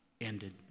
ended